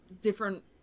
different